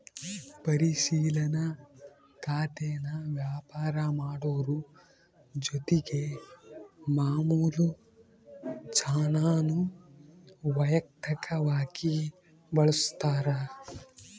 ಪರಿಶಿಲನಾ ಖಾತೇನಾ ವ್ಯಾಪಾರ ಮಾಡೋರು ಜೊತಿಗೆ ಮಾಮುಲು ಜನಾನೂ ವೈಯಕ್ತಕವಾಗಿ ಬಳುಸ್ತಾರ